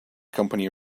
company